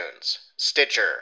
Stitcher